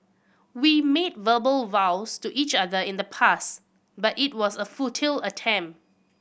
we made verbal vows to each other in the past but it was a futile attempt